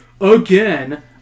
Again